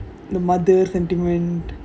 the mother sentiment